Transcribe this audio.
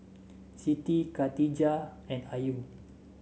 Siti Katijah and Ayu